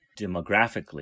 demographically